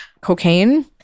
cocaine